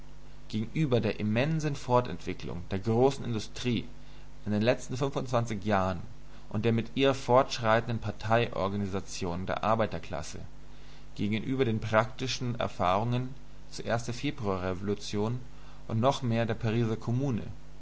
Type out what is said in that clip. gegenüber der immensen fortentwicklung der großen industrie in den letzten fünfundzwanzig jahren und der mit ihr fortschreitenden parteiorganisation der arbeiterklasse gegenüber den praktischen erfahrungen zuerst der februarrevolution und noch weit mehr der pariser kommune